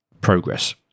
progress